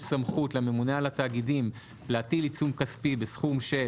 סמכות לממונה על התאגידים להטיל עיצום כספי בסכום של